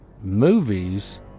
movies